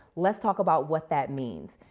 let's talk about what that means.